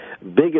biggest